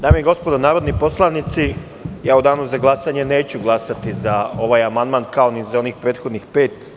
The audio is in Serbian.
Dame i gospodo narodni poslanici, ja u danu za glasanje neću glasati za ovaj amandman, kao ni za onih prethodnih pet.